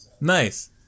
Nice